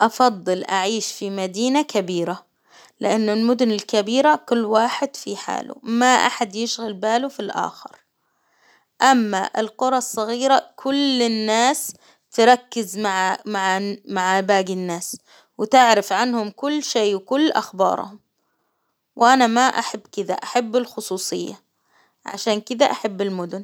أفضل أعيش في مدينة كبيرة، لإن المدن الكبيرة كل واحد في حاله، ما أحد يشغل باله في الأخر، أما القرى الصغيرة كل الناس تركز مع مع ب مع باقي الناس، وتعرف عنهم كل شيء وكل أخبارهم وأنا ما أحب كذا أحب الخصوصية، عشان كذا أحب المدن.